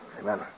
amen